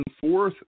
Fourth